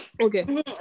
Okay